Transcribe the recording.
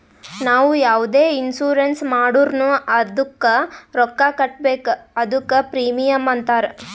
ನಾವು ಯಾವುದೆ ಇನ್ಸೂರೆನ್ಸ್ ಮಾಡುರ್ನು ಅದ್ದುಕ ರೊಕ್ಕಾ ಕಟ್ಬೇಕ್ ಅದ್ದುಕ ಪ್ರೀಮಿಯಂ ಅಂತಾರ್